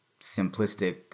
simplistic